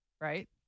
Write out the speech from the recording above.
right